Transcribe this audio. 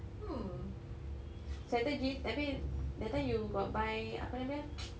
hmm sweater jeans tapi that time you got buy apa nama dia